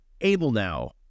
AbleNow